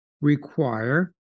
require